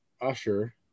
usher